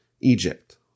Egypt